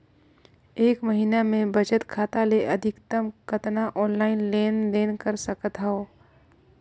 एक महीना मे बचत खाता ले अधिकतम कतना ऑनलाइन लेन देन कर सकत हव?